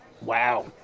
wow